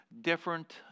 different